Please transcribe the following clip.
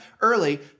early